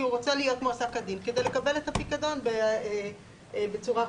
הוא רוצה להיות מועסק כדין כדי לקבל את הפיקדון בצורה חוקית.